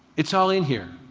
it's all in here.